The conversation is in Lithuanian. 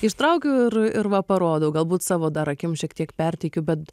ištraukiu ir ir va parodau galbūt savo dar akim šiek tiek perteikiu bet